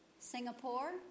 Singapore